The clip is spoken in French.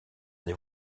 des